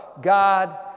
God